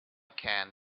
can